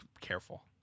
careful